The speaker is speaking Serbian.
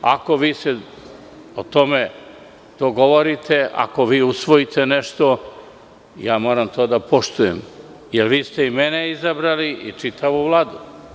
Ako se o tome dogovorite, ako usvojite nešto, ja moram to da poštujem, jer vi ste i mene izabrali i čitavu Vladu.